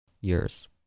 years